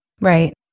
Right